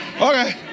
Okay